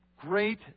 Great